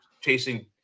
chasing